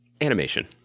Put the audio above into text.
Animation